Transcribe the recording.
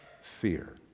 fear